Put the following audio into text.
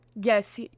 yes